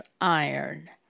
iron